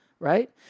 Right